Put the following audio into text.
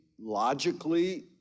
logically